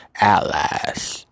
allies